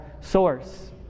source